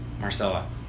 Marcella